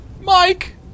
Mike